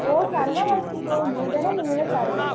ओ सर्वमस्ति भो नूतनमेव सर्वम्